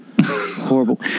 Horrible